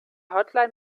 hotline